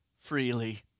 freely